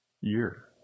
year